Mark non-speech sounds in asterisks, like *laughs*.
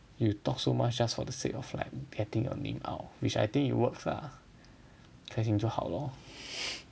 you talk so much just for the sake of like getting your name out which I think it works lah 开心就好 lor *laughs*